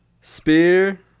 Spear